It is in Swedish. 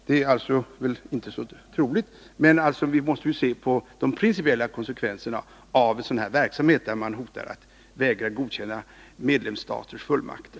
Det är inte troligt, men vi måste se på de principiella konsekvenserna av en sådan verksamhet, där man hotar att vägra godkänna medlemsstaters fullmakter.